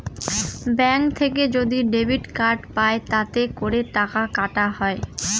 bank থেকে যদি debit card পাই তাতে করে টাকা কাটা হয়